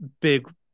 big